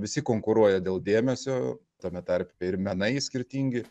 visi konkuruoja dėl dėmesio tame tarpe ir menai skirtingi